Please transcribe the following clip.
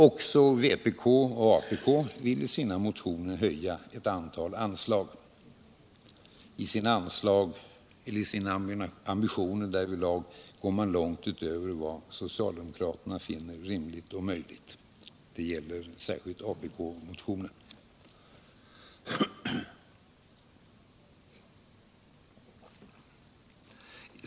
Också vpk och apk vill i sina motioner höja ett antal anslag. I sina ambitioner därvidlag går man långt utöver vad socialdemokraterna finner rimligt och möjligt. Det gäller särskilt apk.